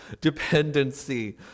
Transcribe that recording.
dependency